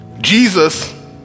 Jesus